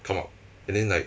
come out and then like